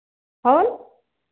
और